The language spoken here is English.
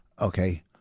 okay